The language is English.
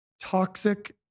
toxic